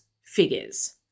figures